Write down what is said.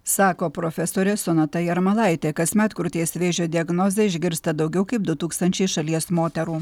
sako profesorė sonata jarmalaitė kasmet krūties vėžio diagnozę išgirsta daugiau kaip du tūkstančiai šalies moterų